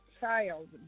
child